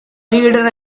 leader